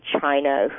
China